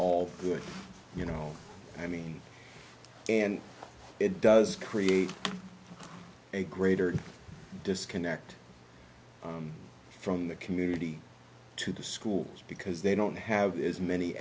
all good you know i mean and it does create a greater disconnect from the community to the schools because they don't have as many